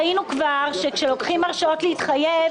כבר ראינו שכאשר לוקחים הרשאות להתחייב,